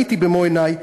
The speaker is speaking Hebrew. ראיתי במו-עיני,